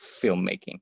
filmmaking